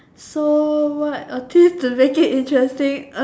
so what to make it interesting